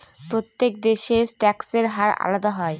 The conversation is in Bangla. প্রত্যেক দেশের ট্যাক্সের হার আলাদা আলাদা